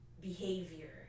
behavior